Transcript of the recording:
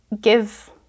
give